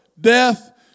death